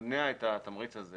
מונע את התמריץ הזה